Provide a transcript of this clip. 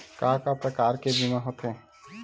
का का प्रकार के बीमा होथे?